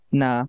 na